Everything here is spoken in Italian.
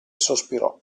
sospirò